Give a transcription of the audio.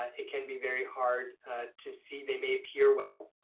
ah it can be very hard to see they may appear well,